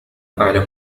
أعلم